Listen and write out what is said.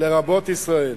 לרבות ישראל.